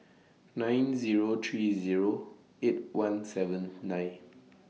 nine Zero three Zero eight one seven nine